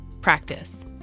Practice